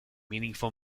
meaningful